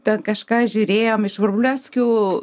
ten kažką žiūrėjom iš vrublevskių